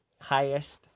highest